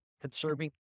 conserving